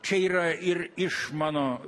čia yra ir iš mano